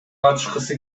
катышкысы